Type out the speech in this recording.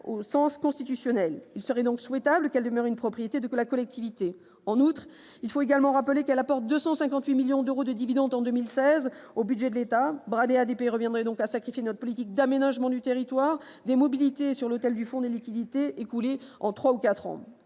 au sens constitutionnel ; il serait donc souhaitable qu'elle demeure une propriété de la collectivité. En outre, elle a rapporté 258 millions d'euros de dividendes en 2016 au budget de l'État. Brader ADP reviendrait donc à sacrifier notre politique d'aménagement du territoire et des mobilités sur l'autel d'un fonds de liquidités qui sera écoulé en